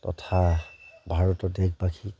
তথা ভাৰতৰ দেশবাসীক